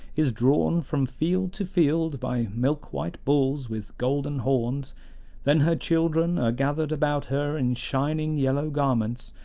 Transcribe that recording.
is drawn from field to field by milk-white bulls with golden horns then her children are gathered about her in shining yellow garments,